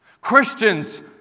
Christians